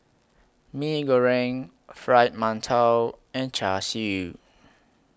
Mee Goreng Fried mantou and Char Siu